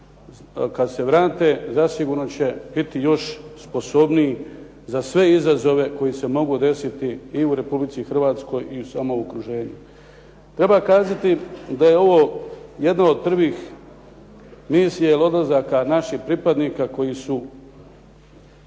kad se vrate zasigurno će biti još sposobniji za sve izazove koji se mogu desiti i u Republici Hrvatskoj i u samo okruženju. Treba kazati da je ovo jedno od prvih misija odlazaka naših pripadnika koji su